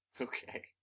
Okay